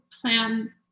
plan